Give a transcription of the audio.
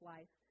Life